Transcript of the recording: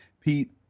Pete